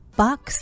box